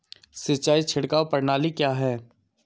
सिंचाई छिड़काव प्रणाली क्या है?